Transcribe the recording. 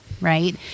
right